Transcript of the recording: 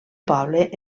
poble